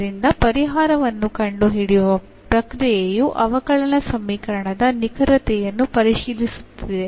ಆದ್ದರಿಂದ ಪರಿಹಾರವನ್ನು ಕಂಡುಹಿಡಿಯುವ ಪ್ರಕ್ರಿಯೆಯು ಅವಕಲನ ಸಮೀಕರಣದ ನಿಖರತೆಯನ್ನು ಪರಿಶೀಲಿಸುತ್ತಿದೆ